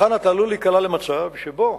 כאן אתה עלול להיקלע למצב שבו